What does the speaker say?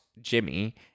Jimmy